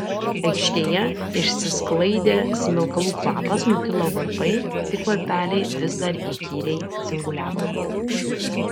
aikštėje išsisklaidė smilkalų kvapas nutilo varpai tik varpeliai vis dar įkyriai dzinguliavo